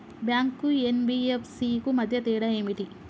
Bank కు NBFC కు మధ్య తేడా ఏమిటి?